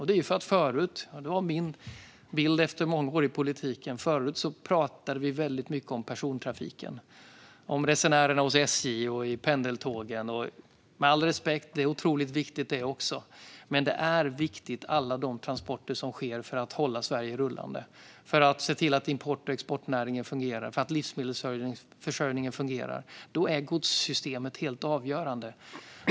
Det är för att förut - det är min bild efter många år i politiken - pratade vi väldigt mycket om persontrafiken, om resenärerna hos SJ och med pendeltågen. Med all respekt: Det är otroligt viktigt det också, men det är viktigt med alla de transporter som sker för att hålla Sverige rullande, för att se till att import och exportnäringen fungerar och att livsmedelsförsörjningen fungerar. Då är godssystemet helt avgörande.